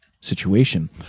situation